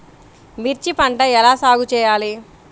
మిర్చి పంట ఎలా సాగు చేయాలి?